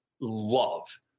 love